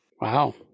wow